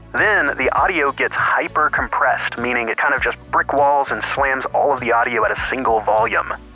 then the audio gets hyper compressed, meaning it kind of just brick walls and slams all of the audio at a single volume.